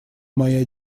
моя